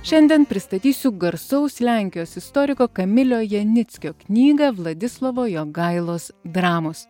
šiandien pristatysiu garsaus lenkijos istoriko kamilio janickio knygą vladislovo jogailos dramos